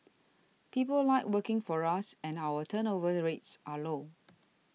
people like working for us and our turnover rates are low